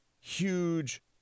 huge